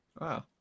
wow